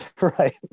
Right